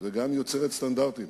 וגם יוצרת סטנדרטים.